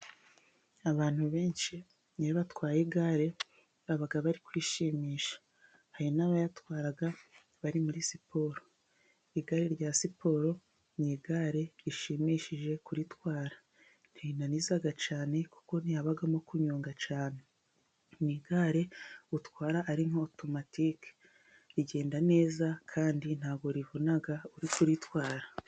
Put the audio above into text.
Abantu benshi iyo batwaye igare baba bari kwishimisha, hari n'abayatwara bari muri siporo, igare rya siporo ni igare rishimishije kuritwara, ntirinaniza cyane kuko ntihabamo kunyonga cyane, ni igare utwara ari otomatike rigenda neza, kandi ntabwo rivuna uri kuritwara.